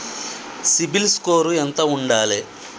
CIBIL score ఎంత ఉండాలే?